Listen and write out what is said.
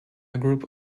group